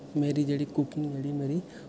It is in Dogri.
मेरी जेह्ड़ी कुकिंग जेह्ड़ी मेरी